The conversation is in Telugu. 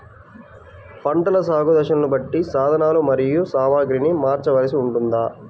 పంటల సాగు దశలను బట్టి సాధనలు మరియు సామాగ్రిని మార్చవలసి ఉంటుందా?